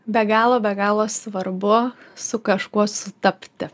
be galo be galo svarbu su kažkuo sutapti